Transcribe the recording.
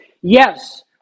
Yes